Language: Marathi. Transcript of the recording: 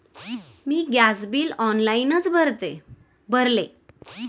मी गॅस बिल ऑनलाइनच भरले